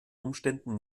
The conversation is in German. umständen